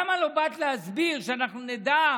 למה לא באת להסביר, שאנחנו נדע,